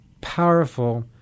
powerful